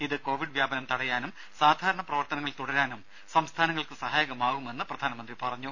ഇത് കോവിഡ് വ്യാപനം തടയാനും സാധാരണ പ്രവർത്തനങ്ങൾ തുടരാനും സംസ്ഥാനങ്ങൾക്ക് സഹായകമാവുമെന്ന് പ്രധാനമന്ത്രി പറഞ്ഞു